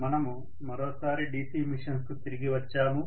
మనము మరోసారి DC machines కు తిరిగి వచ్చాము